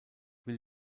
will